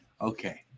Okay